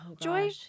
joy